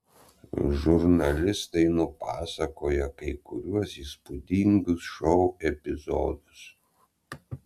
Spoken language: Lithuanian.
žurnalistai nupasakoja kai kuriuos įspūdingus šou epizodus